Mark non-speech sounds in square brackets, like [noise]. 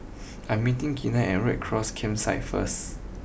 [noise] I am meeting Gina at Red Cross Campsite first